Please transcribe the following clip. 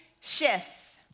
shifts